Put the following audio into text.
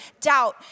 doubt